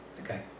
Okay